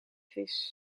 vis